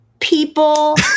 People